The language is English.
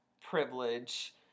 privilege